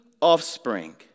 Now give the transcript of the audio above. offspring